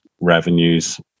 revenues